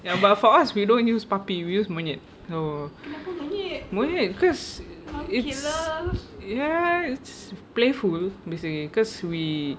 ya but for us we don't use puppy we use monyet so monyet because it's ya it's playful basically because we